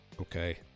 okay